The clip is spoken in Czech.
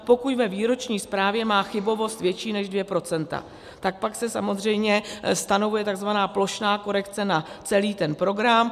pokud ve výroční zprávě má chybovost větší než 2 %, tak pak se samozřejmě stanovuje tzv. plošná korekce na celý ten program.